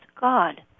God